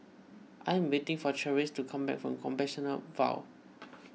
I am waiting for Cherise to come back from Compassvale Bow